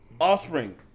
offspring